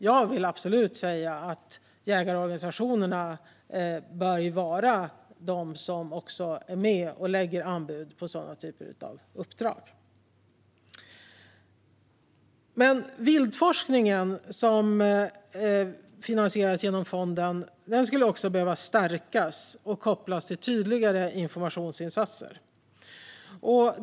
Jag vill absolut säga att jägarorganisationerna bör vara dem som är med och lägger anbud på sådana typer av uppdrag. Viltforskningen som finansieras genom fonden skulle också behöva stärkas och kopplas till tydligare informationsinsatser.